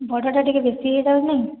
ବଡ଼ଟା ଟିକେ ବେଶି ହେଇ ଯାଉନି